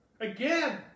Again